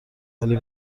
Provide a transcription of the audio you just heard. ولی